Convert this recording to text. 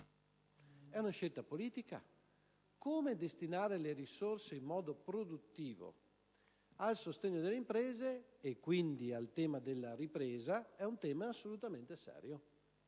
una scelta politica. Come destinare le risorse in modo produttivo a sostegno delle imprese, quindi al tema della ripresa, è argomento assolutamente serio,